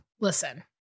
Listen